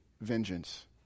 vengeance